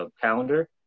Calendar